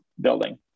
building